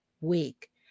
week